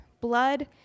blood